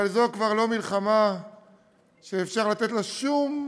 אבל זו כבר לא מלחמה שאפשר לתת לה שום,